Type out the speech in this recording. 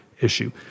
issue